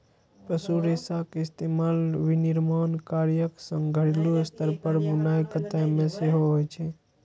पशु रेशाक इस्तेमाल विनिर्माण कार्यक संग घरेलू स्तर पर बुनाइ कताइ मे सेहो होइ छै